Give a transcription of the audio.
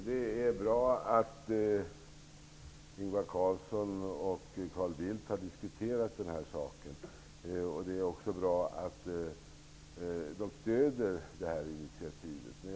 Fru talman! Det är bra att Ingvar Carlsson och Carl Bildt har diskuterat den här saken och att de stöder detta initiativ.